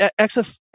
Xf